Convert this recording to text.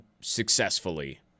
successfully